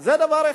זה דבר אחד.